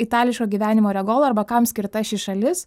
itališko gyvenimo oregola arba kam skirta ši šalis